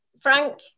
Frank